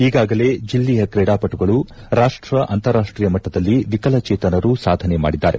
ಈಗಾಗಲೇ ಜಿಲ್ಲೆಯ ಕ್ರೀಡಾಪಟುಗಳು ರಾಷ್ಟ ಅಂತಾರಾಷ್ಟೀಯ ಮಟ್ಟದಲ್ಲಿ ವಿಕಲಚೇತನರು ಸಾಧನೆ ಮಾಡಿದ್ದಾರೆ